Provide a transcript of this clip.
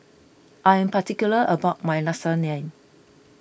I am particular about my Lasagne